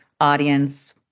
audience